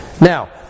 Now